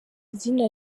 izina